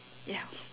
ya